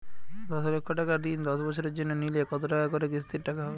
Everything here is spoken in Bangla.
দশ লক্ষ টাকার ঋণ দশ বছরের জন্য নিলে কতো টাকা করে কিস্তির টাকা হবে?